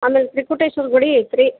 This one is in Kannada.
ಆಮೇಲೆ ತ್ರಿಕೂಟೇಶ್ವರ ಗುಡಿ ಐತೆ ರೀ